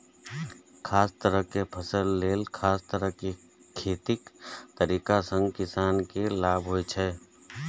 खास तरहक फसल लेल खास तरह खेतीक तरीका सं किसान के लाभ होइ छै